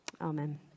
Amen